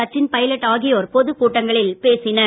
சச்சின் பைலட் ஆகியோர் பொது கூட்டங்களில் பேசினர்